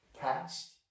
past